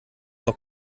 noch